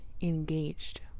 engaged